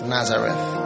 Nazareth